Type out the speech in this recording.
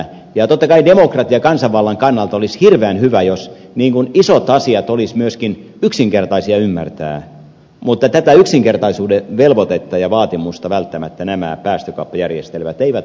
totta kai demokratian ja kansanvallan kannalta olisi hirveän hyvä jos isot asiat olisivat myöskin yksinkertaisia ymmärtää mutta tätä yksinkertaisuuden velvoitetta ja vaatimusta välttämättä nämä päästökauppajärjestelmät eivät aina täytä